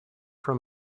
from